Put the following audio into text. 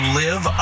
live